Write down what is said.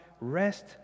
rest